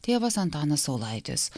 tėvas antanas saulaitis